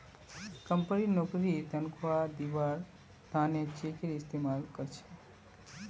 company नौकरीर तन्ख्वाह दिबार त न चेकेर इस्तमाल कर छेक